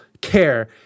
care